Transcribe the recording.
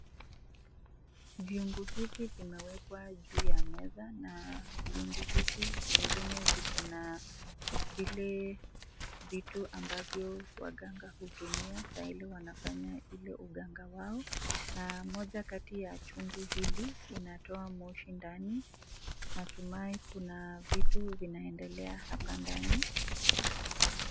Vyungu hivi vimewekwa juu ya meza na vyungu hivi zingine viko na vile vitu ambavyo waganga hutumia saa ile wanafanya ile uganga yao, na moja kati ya chungu hili inatoa moshi ndani natumai kuna vitu vinaendelea hapa ndani.